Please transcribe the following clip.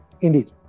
Indeed